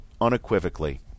unequivocally